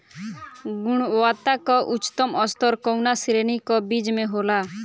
गुणवत्ता क उच्चतम स्तर कउना श्रेणी क बीज मे होला?